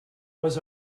was